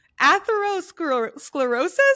atherosclerosis